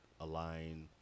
align